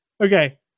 okay